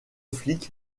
flic